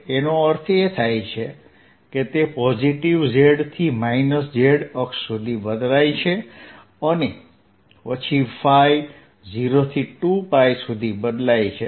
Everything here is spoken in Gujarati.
એનો અર્થ એ કે તે પોઝિટિવ z થી માઇનસ z અક્ષ સુધી બદલાય છે અને પછી ϕ 0 થી 2ㅠસુધી બદલાય છે